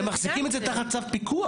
הם מחזיקים את זה תחת צו פיקוח,